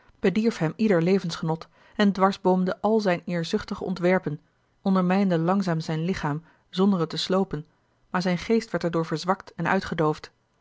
bedierf hem ieder levensgenot en dwarsboomde al zijne eerzuchtige ontwerpen ondermijnde langzaam zijn lichaam zonder het te sloopen maar zijn geest werd er door verzwakt en uitgedoofd